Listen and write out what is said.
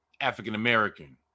african-american